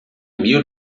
mil